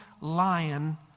lion